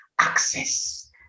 access